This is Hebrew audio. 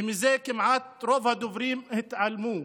ומזה כמעט רוב הדוברים התעלמו: